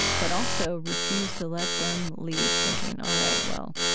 but also refused to let them leave thinking, all right, well,